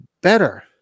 better